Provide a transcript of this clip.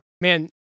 Man